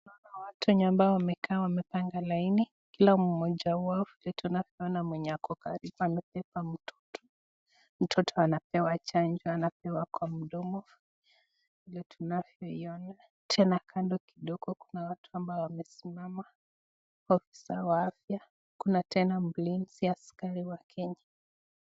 Watu wenye wamekaa ambao wamepanga laini, kila moja wao vile tunavyoiona mwenye ako karibu amebeba mtoto, mtoto anapewa chanjo anapewa kwa mdomo vile tunavyoiona, tena kando kidogo, kuna watu ambo wamesimama ofisa wa afya, kuna tena mlinzi askari wa kenya.